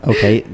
Okay